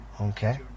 okay